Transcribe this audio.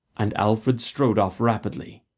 and alfred strode off rapidly,